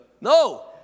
No